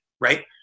right